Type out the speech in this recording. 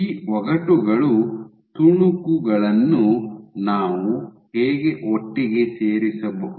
ಈ ಒಗಟುಗಳ ತುಣುಕುಗಳನ್ನು ನಾವು ಹೇಗೆ ಒಟ್ಟಿಗೆ ಸೇರಿಸಬಹುದು